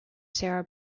sarah